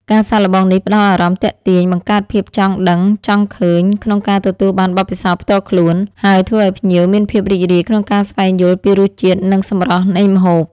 ការសាកល្បងនេះផ្តល់អារម្មណ៍ទាក់ទាញ បង្កើតភាពចង់ដឹងចង់ឃើញក្នុងការទទួលបានបទពិសោធន៍ផ្ទាល់ខ្លួន ហើយធ្វើឲ្យភ្ញៀវមានភាពរីករាយក្នុងការស្វែងយល់ពីរសជាតិ និងសម្រស់នៃម្ហូប។